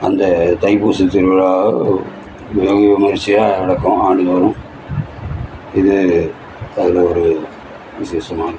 அந்த தைப்பூச திருவிழா வெகு விமரிசையா நடக்கும் ஆண்டுதோறும் இது அதில் ஒரு விசேஷமானது